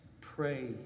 pray